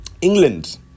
england